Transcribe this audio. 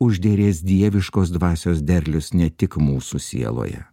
užderės dieviškos dvasios derlius ne tik mūsų sieloje